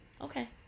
Okay